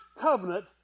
covenant